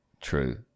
true